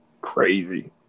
Crazy